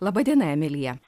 laba diena emilija